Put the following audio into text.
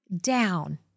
down